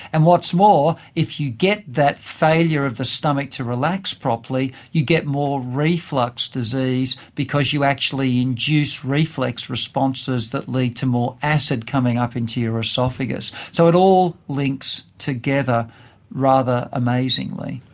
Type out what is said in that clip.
and what's more, if you get that failure of the stomach to relax properly, you get more reflux disease because you actually induce reflex responses that lead to more acid coming up into your oesophagus. so it all links together rather amazingly.